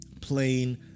plain